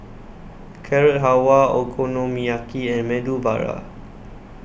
Carrot Halwa Okonomiyaki and Medu Vada